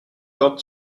got